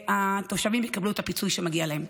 והתושבים יקבלו את הפיצוי שמגיע להם.